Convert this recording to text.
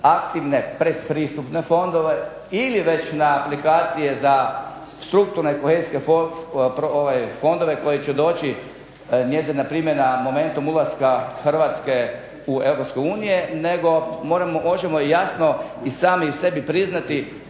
aktivne pretpristupne fondove ili već na aplikacije za strukturne kohezijske fondove koji će doći, njezina primjena momentom ulaska Hrvatske u Europsku uniju, nego moramo, hoćemo i jasno i sami sebi priznati